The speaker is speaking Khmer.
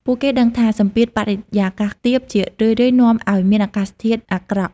ពួកគេដឹងថា សម្ពាធបរិយាកាសទាប ជារឿយៗនាំឱ្យមានអាកាសធាតុអាក្រក់។